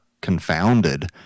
confounded